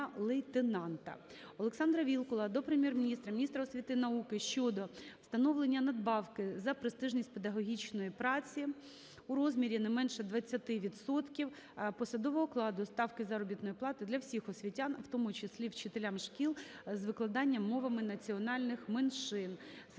Олександра Вілкула до Прем'єр-міністра, міністра освіти і науки щодо встановлення надбавки за престижність педагогічної праці у розмірі не менше 20 відсотків посадового окладу (ставки заробітної плати) для всіх освітян, в тому числі вчителям шкіл з викладанням мовами національних меншин.